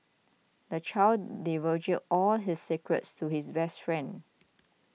the child divulged all his secrets to his best friend